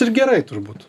ir gerai turbūt